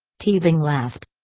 teabing laughed.